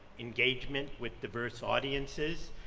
engagement with diverse audiences,